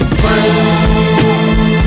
friends